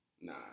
Nah